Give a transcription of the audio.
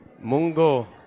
Mungo